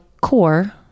core